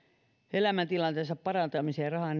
elämäntilanteensa parantamiseen rahaa